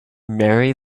marry